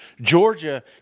Georgia